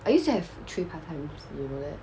I used to have three part-times you know leh